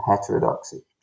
heterodoxy